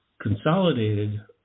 consolidated